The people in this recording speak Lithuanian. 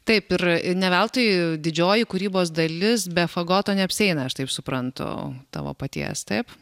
taip yra ir ne veltui didžioji kūrybos dalis be fagoto neapsieina aš taip suprantu tavo paties taip